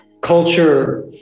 culture